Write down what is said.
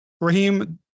Raheem